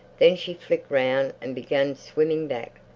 then she flicked round and began swimming back.